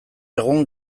egun